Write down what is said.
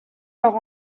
leurs